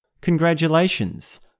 Congratulations